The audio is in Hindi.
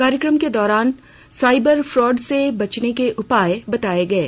कार्यक्रम के दौरान साइबर फॉड से बचने के उपाय बताये गये